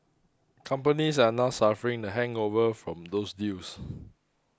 companies are now suffering the hangover from those deals